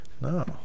No